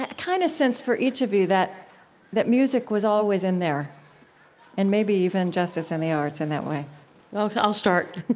kind of sense for each of you that that music was always in there and maybe even justice and the arts in that way i'll start.